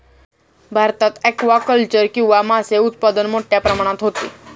भारतात ॲक्वाकल्चर किंवा मासे उत्पादन मोठ्या प्रमाणात होते